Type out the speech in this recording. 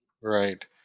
Right